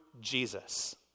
Jesus